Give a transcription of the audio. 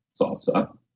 salsa